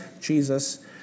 Jesus